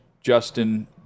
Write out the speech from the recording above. Justin